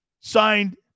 Signed